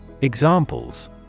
Examples